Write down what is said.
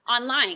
online